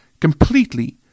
completely